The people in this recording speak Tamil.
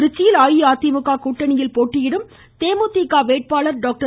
திருச்சியில் அஇஅதிமுக கூட்டணியில் போட்டியிடும் தேமுதிக வேட்பாளர் டாக்டர்